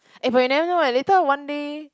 eh but you never know eh later one day